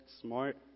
smart